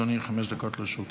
בבקשה, אדוני, חמש דקות לרשותך.